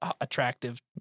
attractive